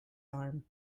arm